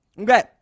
okay